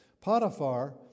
Potiphar